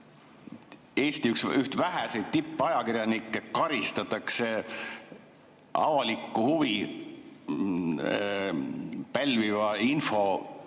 Eesti vähestest tippajakirjanikest karistatakse avalikku huvi pälviva info